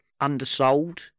undersold